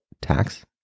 tax